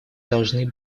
должны